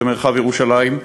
במרחב ירושלים,